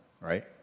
right